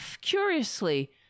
curiously